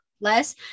less